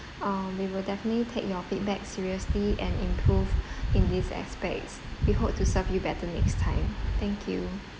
um we will definitely take your feedback seriously and improve in these aspects we hope to serve you better next time thank you